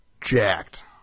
jacked